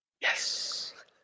Yes